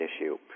issue